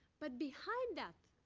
but behind that,